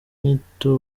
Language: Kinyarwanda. inyito